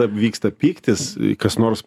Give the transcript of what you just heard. vyksta pyktis kas nors